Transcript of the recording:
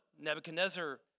nebuchadnezzar